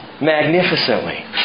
magnificently